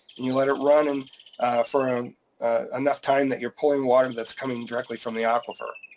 and you let it run and for enough time that you're pulling the water that's coming directly from the aquifer.